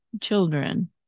children